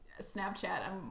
Snapchat